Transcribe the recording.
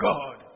God